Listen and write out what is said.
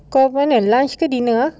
kau mana lunch ke dinner